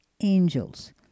Angels